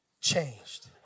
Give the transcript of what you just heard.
changed